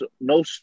no